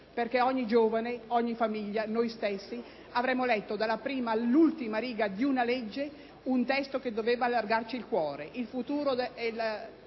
perché ogni giovane, ogni famiglia, noi stessi avremmo letto dalla prima all'ultima riga il testo di una legge che doveva allargarci il cuore,